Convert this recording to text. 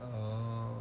oh